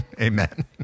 amen